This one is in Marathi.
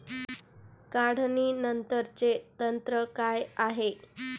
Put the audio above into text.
काढणीनंतरचे तंत्र काय आहे?